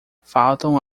faltam